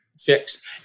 fix